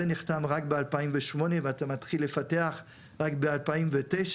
נחתם רק ב-2008 ואתה מתחיל לפתח רק ב-2009,